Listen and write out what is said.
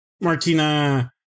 Martina